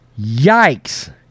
Yikes